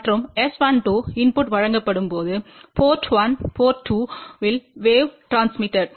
மற்றும் S12 input வழங்கப்படும் போது போர்ட் 1 போர்ட் 2 இல் வேவ் டிரான்ஸ்மிடெட்